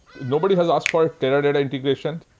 nobody has asked for teradata integration,